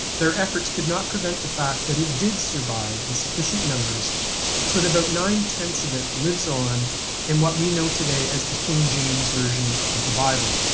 their efforts could not prevent the fact that it did survive in sufficient numbers so that about nine ten of it lives on in what we know today as the king james version of the bible.